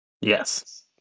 Yes